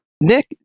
Nick